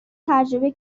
تجربه